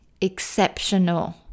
exceptional